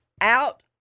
out